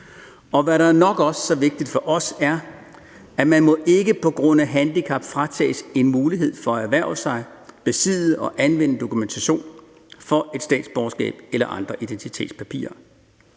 Og hvad der også er nok så vigtigt for os, er, at man ikke på grund af handicap må fratages en mulighed for at erhverve sig, besidde og anvende dokumentation for et statsborgerskab eller andre identitetspapirer.